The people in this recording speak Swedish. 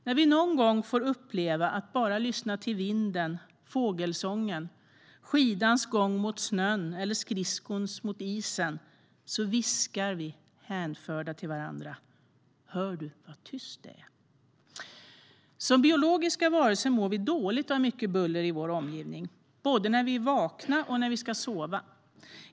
När vi någon gång får uppleva att bara lyssna till vinden, fågelsången, skidans gång mot snön eller skridskons skär mot isen viskar vi hänförda till varandra: Hör du vad tyst det är? Som biologiska varelser mår vi dåligt av mycket buller i vår omgivning, både när vi är vakna och när vi ska sova.